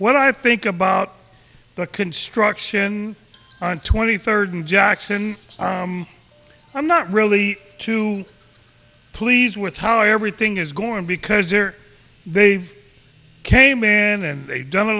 what i think about the construction on twenty third in jackson i'm not really too pleased with how everything is going because here they came in and they've done a